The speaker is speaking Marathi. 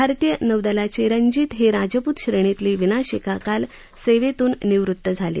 भारतीय नौदलाची रंजीत ही राजपूत श्रेणीतली विनाशिका काल सेवेतून निवृत्त झाली